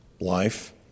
life